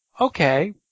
okay